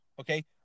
Okay